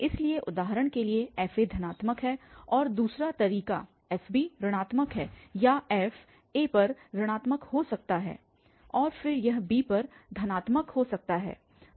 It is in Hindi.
इसलिए उदाहरण के लिए f धनात्मक है और दूसरा तरीका f ऋणात्मक है या f a पर ऋणात्मक हो सकता है और फिर यह b पर धनात्मक हो सकता है